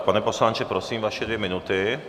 Pane poslanče, prosím, vaše dvě minuty.